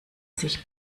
sich